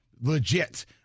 legit